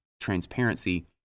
transparency